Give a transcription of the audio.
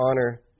honor